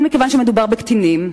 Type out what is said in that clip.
מכיוון שמדובר בקטינים,